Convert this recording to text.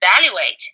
evaluate